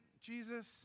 Jesus